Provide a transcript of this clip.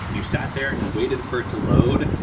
you sat there and you waited for it to load,